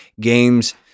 games